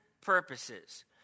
purposes